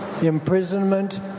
imprisonment